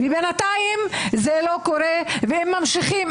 בינתיים זה לא קורה והם ממשיכים.